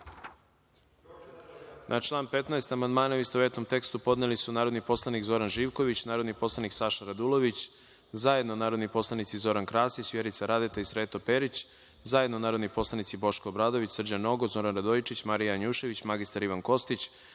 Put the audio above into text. član 15. amandmane, u istovetnom tekstu, podneli su narodni poslanik Zoran Živković, narodni poslanik Saša Radulović, zajedno narodni poslanici Zoran Krasić, Vjerica Radeta i Sreto Perić, zajedno narodni poslanici Boško Obradović, Srđan Nogo, Zoran Radojičić, Marija Janjušević, mr Ivan Kostić,